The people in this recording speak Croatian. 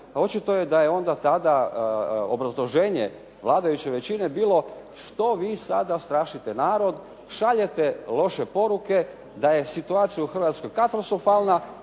očito je da je onda tada obrazloženje vladajuće većine bilo, što vi sada strašite narod, šaljete loše poruke da je situacija u Hrvatskoj katastrofalna,